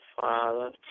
Father